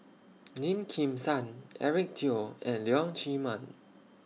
Lim Kim San Eric Teo and Leong Chee Mun